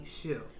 shoe